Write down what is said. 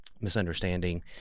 misunderstanding